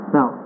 Now